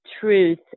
truth